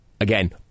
again